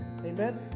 Amen